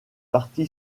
parti